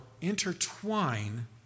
intertwine